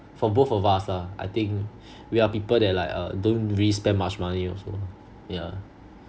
for both of us lah I think we are people that like uh don't really spend much money also yeah